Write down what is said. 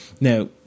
Now